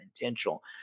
intentional